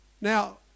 now